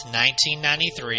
1993